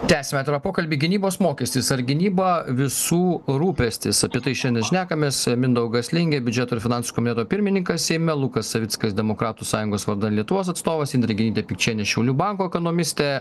tęsiame atvirą pokalbį gynybos mokestis ar gynyba visų rūpestis apie tai šiandien šnekamės mindaugas lingė biudžeto ir finansų komiteto pirmininkas seime lukas savickas demokratų sąjungos vardan lietuvos atstovas indrė genytė pikčienė šiaulių banko ekonomistė